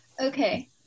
Okay